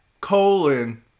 colon